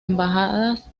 embajadas